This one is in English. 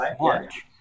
march